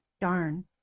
Darn